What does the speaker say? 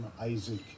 Isaac